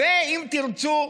ואם תרצו,